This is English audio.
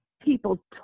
people